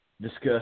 discuss